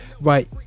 Right